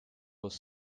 was